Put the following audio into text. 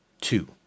two